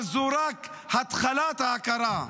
אבל זו רק התחלת ההכרה.